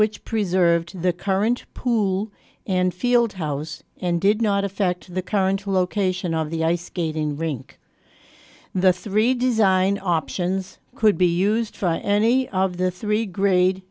which preserved the current pool and field house and did not affect the current location of the ice skating rink the three design options could be used for any of the three grade